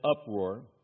uproar